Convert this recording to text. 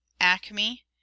Acme